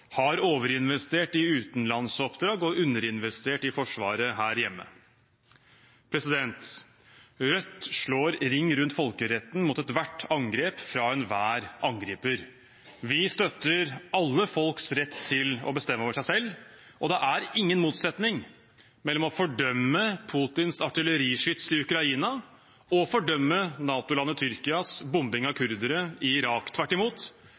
har overinvestert i utenlandsoppdrag og underinvestert i Forsvaret her hjemme. Rødt slår ring rundt folkeretten mot ethvert angrep fra enhver angriper. Vi støtter alle folks rett til å bestemme over seg selv, og det er ingen motsetning mellom å fordømme Putins artilleriskyts i Ukraina og å fordømme NATO-landet Tyrkias bombing av kurdere i Irak. Tvert imot,